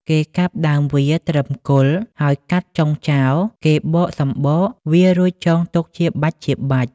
គេកាប់ដើមវាត្រឹមគល់ ហើយកាត់ចុងចោល គេបកសំបក វារួចចងទុកជាបាច់ៗ ។